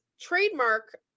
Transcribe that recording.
trademark